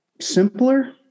simpler